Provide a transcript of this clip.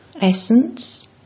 Essence